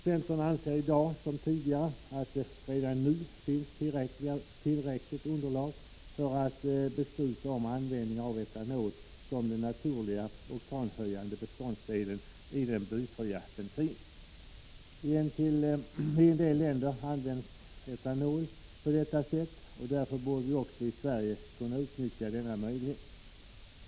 Centern anser i dag som tidigare att det redan nu finns tillräckligt underlag för att besluta om användning av etanol som den naturliga oktanhöjande beståndsdelen i den blyfria bensinen. I en del länder används etanol på detta sätt. Därför borde också vi i Sverige kunna utnyttja den möjligheten.